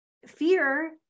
fear